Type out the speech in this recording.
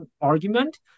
argument